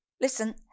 listen